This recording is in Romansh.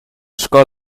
sco